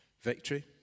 Victory